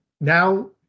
now